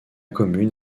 commune